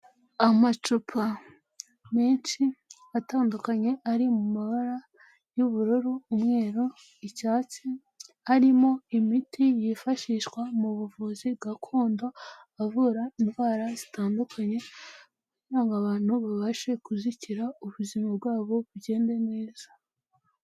Amacupa menshi atandukanye, ari mu mabara y'ubururu, umweru, icyatsi, harimo imiti yifashishwa mu buvuzi gakondo, avura indwara zitandukanye kugira ngo abantu babashe kuzikira ubuzima bwabo bugende neza.